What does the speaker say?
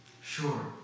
Sure